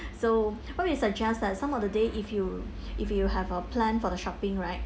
so what we suggest that some of the day if you if you have a plan for the shopping right